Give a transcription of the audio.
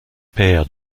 père